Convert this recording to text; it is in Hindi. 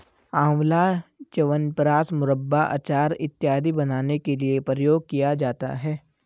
आंवला च्यवनप्राश, मुरब्बा, अचार इत्यादि बनाने के लिए प्रयोग किया जाता है